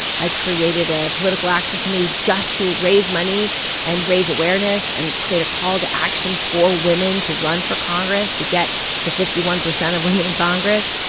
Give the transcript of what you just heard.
i created a political action committee just to raise money and raise awareness and create a call to action for women to run for congress, to get to fifty one percent of women in congress.